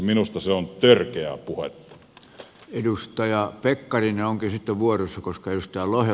minusta se on törkeää puhetta edustaja pekkarinen onkin sitten vuorossa koska yhtään lohe